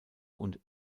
und